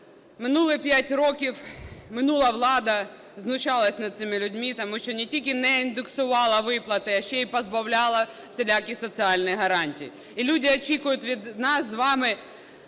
Минулі 5 років минула влада знущалася над цими людьми, тому що не тільки не індексувала виплати, а ще і позбавляла всіляких соціальних гарантій. І люди очікують від нас з вами